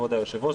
כבוד היושב-ראש,